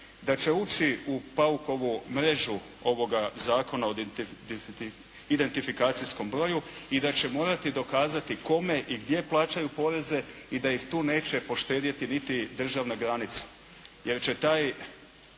da će ući u paukovu mrežu ovoga zakona o identifikacijskom broju i da će morati dokazati kome i gdje plaćaju poreze i da ih tu neće poštedjeti niti državna granica. Jer će taj